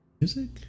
Music